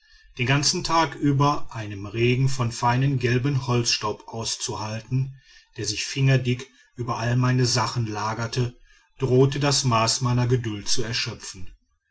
den ganzen tag über einen regen von feinem gelbem holzstaub auszuhalten der sich fingerdick über alle meine sachen lagerte drohte das maß meiner geduld zu erschöpfen